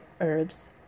herbs